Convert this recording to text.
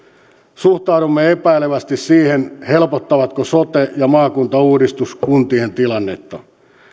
suhtaudumme epäilevästi siihen helpottavatko sote ja maakuntauudistus kuntien tilannetta